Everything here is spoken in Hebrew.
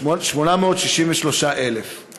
ו-863,000 שקלים.